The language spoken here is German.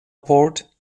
port